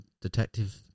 detective